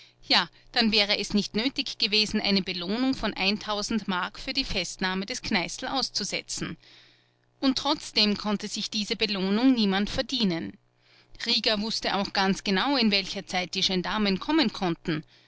ja dann wäre es nicht nötig gewesen eine belohnung von m für die festnahme des kneißl auszusetzen und trotzdem konnte sich diese belohnung niemand verdienen rieger wußte auch ganz genau in welcher zeit die gendarmen kommen konnten